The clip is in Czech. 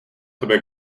tebe